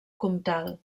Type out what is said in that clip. comtal